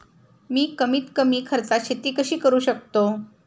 मी कमीत कमी खर्चात शेती कशी करू शकतो?